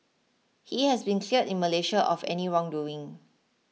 he has been cleared in Malaysia of any wrongdoing